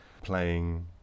playing